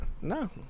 No